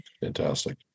Fantastic